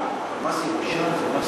אבל מס ירושה זה מס